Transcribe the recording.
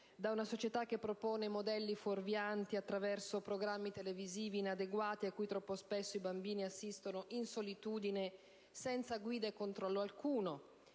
da una società che propone modelli fuorvianti attraverso programmi televisivi inadeguati, a cui troppo spesso i bambini assistono in solitudine senza guida e controllo alcuno;